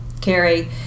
Carrie